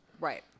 right